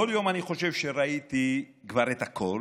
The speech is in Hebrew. כל יום אני חושב שראיתי כבר את הכול,